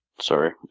Sorry